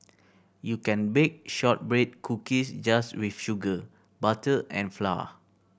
you can bake shortbread cookies just with sugar butter and flour